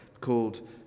called